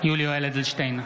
יולי יואל אדלשטיין,